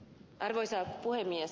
arvoisa puhemies